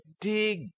Dig